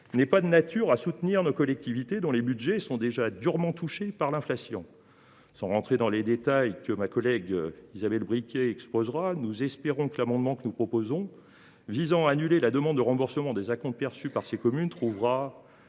ne sont pas de nature à les rassurer, alors que leurs budgets sont déjà durement touchés par l’inflation. Sans entrer dans les détails, que ma collègue Isabelle Briquet exposera, nous espérons que l’amendement que nous proposons, visant à annuler la demande de remboursement des acomptes perçus par ces communes, trouvera